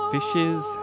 Fishes